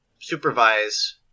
supervise